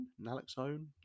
naloxone